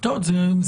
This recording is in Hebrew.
יש כאלה.